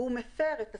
והוא מפר את הצו,